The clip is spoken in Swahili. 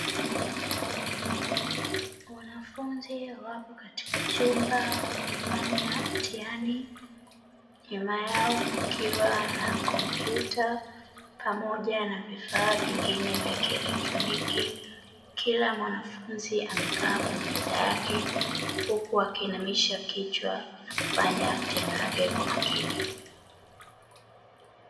Wanafunzi wapo katika chumba wakifanya mtihani nyuma yao kukiwa na kompyuta pamoja na vifaa vingine vya kielektroniki. Kila mwanafunzi amekaa kwenye meza yake huku akiinamisha kichwa na kufanya mtihani wake kwa makini.